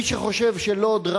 מי שחושב שלוד,